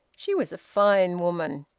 she was a fine woman!